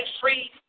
free